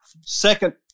second